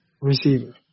receiver